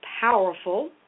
powerful